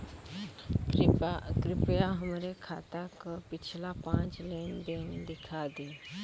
कृपया हमरे खाता क पिछला पांच लेन देन दिखा दी